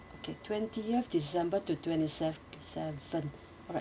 okay twentieth december to twenty sev~ seven alright